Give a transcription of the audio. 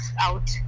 out